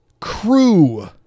Crew